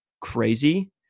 crazy